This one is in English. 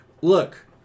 look